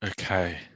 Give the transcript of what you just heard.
Okay